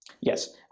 yes